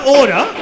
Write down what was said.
order